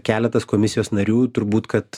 keletas komisijos narių turbūt kad